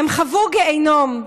הן חוו גיהינום.